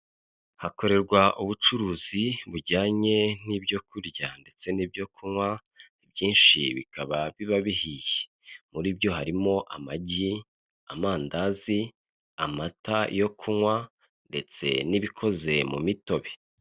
Hakorerwa ubucuruzi bujyanye n'ibyo kurya ndetse n'ibyo kunywa, ibyinshi bikaba biba bihiye. Muri ibyo harimo amagi, amandazi, amata yo kunywa ndetse n'ibikoze mu mitobe.